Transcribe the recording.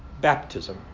baptism